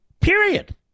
period